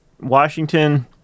Washington –